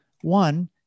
One